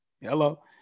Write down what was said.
Hello